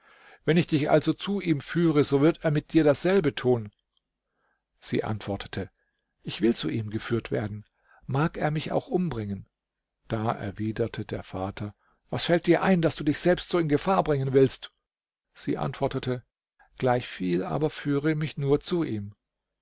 wenn ich dich also zu ihm führe so wird er mit dir dasselbe tun sie antwortete ich will zu ihm geführt werden mag er mich auch umbringen da erwiderte der vater was fällt dir ein daß du dich selbst so in gefahr bringen willst sie antwortete gleichviel aber führe mich nur zu ihm